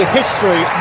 history